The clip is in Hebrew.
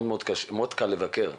מאוד קל לבקר.